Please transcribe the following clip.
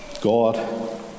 God